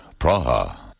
Praha